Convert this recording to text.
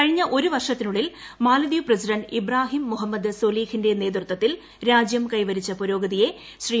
കഴിഞ്ഞ ഒരു വർഷത്തിനുള്ളിൽ മാല്പദ്രീപ് പ്രസിഡന്റ് ഇബ്രാഹിം മുഹമ്മദ് സൊലീഹിന്റെ നേതൃത്വത്തിൽ രാജ്യൂട് ക്ക്ക്കവരിച്ച പുരോഗതിയെ ശ്രീ